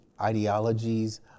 ideologies